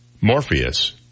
Morpheus